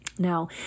Now